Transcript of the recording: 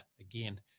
again